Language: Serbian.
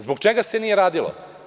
Zbog čega se nije radilo?